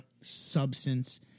substance